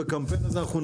בקמפיין הזה אנו ננצח.